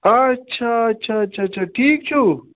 آچھا اچھا اچھا اچھا ٹھیٖک چھِوٕ